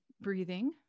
breathing